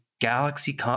Galaxy